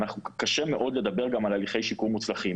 קשה מאוד לדבר גם על הליכי שיקום מוצלחים.